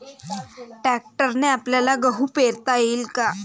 ट्रॅक्टरने आपल्याले गहू पेरता येईन का?